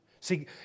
See